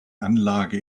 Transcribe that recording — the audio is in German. anlage